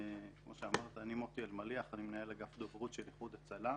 ואולי אפילו להראות לאנשים סרטונים כאלה,